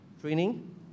training